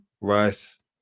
Rice